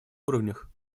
уровнях